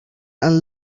and